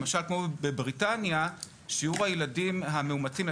למשל כמו בבריטניה שיעור הילדים המאומצים על